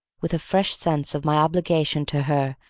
with a fresh sense of my obligation to her,